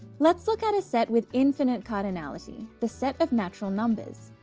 let's look at a set with infinite cardinality the set of natural numbers.